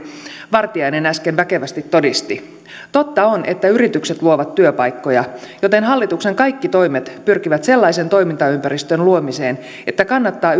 vartiainen äsken väkevästi todisti totta on että yritykset luovat työpaikkoja joten hallituksen kaikki toimet pyrkivät sellaisen toimintaympäristön luomiseen että kannattaa